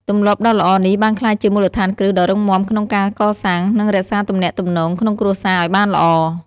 ទម្លាប់ដ៏ល្អនេះបានក្លាយជាមូលដ្ឋានគ្រឹះដ៏រឹងមាំក្នុងការកសាង និងរក្សាទំនាក់ទំនងក្នុងគ្រួសារឱ្យបានល្អ។